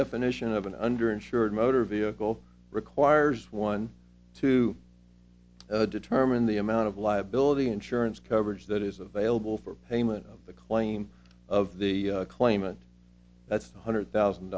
definition of an under insured motor vehicle requires one to determine the amount of liability insurance coverage that is available for payment of the claim of the claimant that's one hundred thousand